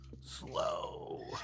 slow